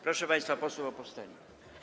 Proszę państwa posłów o powstanie.